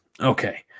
Okay